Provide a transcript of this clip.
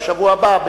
בשבוע הבא,